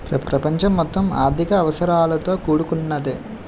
ప్రపంచం మొత్తం ఆర్థిక అవసరాలతో కూడుకున్నదే